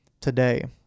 today